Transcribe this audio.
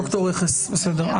ד"ר רכס בסדר,